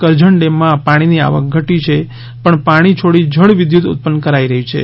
Karjan dam માં પાણી ની આવક ઘટી છે પણ પાણી છોડી જળ વિદ્યુત ઉત્પન્ન કરાઇ રહી છે